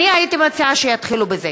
הייתי מציעה שיתחילו בזה.